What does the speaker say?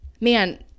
man